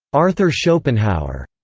arthur schopenhauer.